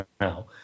now